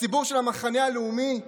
הציבור של המחנה הלאומי,